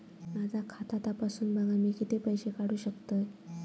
माझा खाता तपासून बघा मी किती पैशे काढू शकतय?